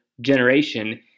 generation